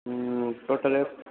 હ ટોટલ